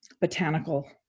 botanical